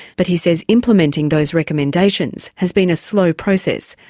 but he says implementing those recommendations has been a slow process,